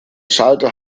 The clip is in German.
schalter